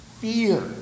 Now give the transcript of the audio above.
fear